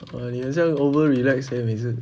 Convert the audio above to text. !wah! 你很像 over relax leh 每次